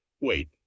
Wait